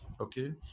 okay